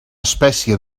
espècie